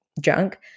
junk